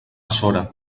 sora